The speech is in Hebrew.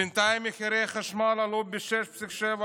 בינתיים מחירי החשמל עלו ב-6.7%.